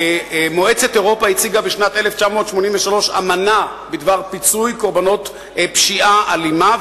מועצת אירופה הציגה בשנת 1983 אמנה בדבר פיצוי קורבנות פשיעה אלימה,